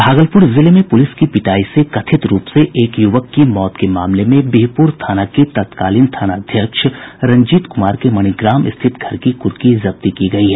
भागलपुर जिले में पुलिस की पिटाई से कथित रूप से एक युवक की मौत के मामले में बिहपुर थाना के तत्कालीन थानाध्यक्ष रंजीत कुमार के मणीग्राम स्थित घर की कुर्की जब्ती की गयी है